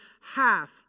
half